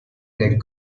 get